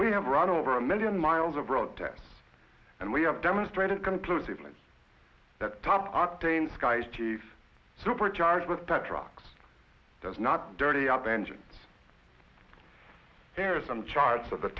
we have run over a million miles of road tests and we have demonstrated conclusively that time octane skies teef supercharged with that trucks does not dirty up engines there are some charts of the